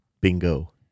bingo